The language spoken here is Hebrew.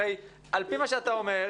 הרי על פי מה שאתה אומר,